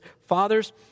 Fathers